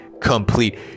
complete